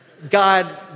God